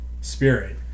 spirit